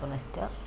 पुनश्च